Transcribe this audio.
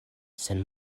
sen